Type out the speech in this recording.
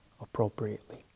appropriately